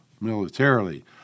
Militarily